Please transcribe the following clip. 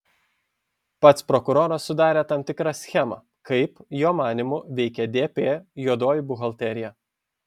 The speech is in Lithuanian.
pats prokuroras sudarė tam tikrą schemą kaip jo manymu veikė dp juodoji buhalterija